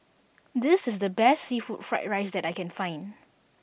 this is the best seafood fried rice that I can find